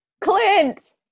Clint